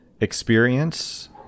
experience